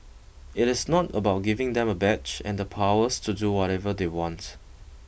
it is not about giving them a badge and the powers to do whatever they want